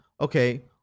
okay